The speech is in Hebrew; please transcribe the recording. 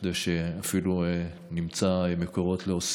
כדי שאפילו נמצא מקורות להוסיף.